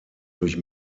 durch